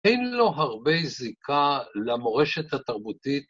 אין לו הרבה זיקה למורשת התרבותית.